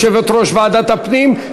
יושבת-ראש ועדת הפנים,